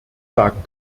sagen